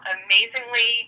amazingly